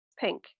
pink